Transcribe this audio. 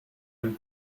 and